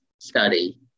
study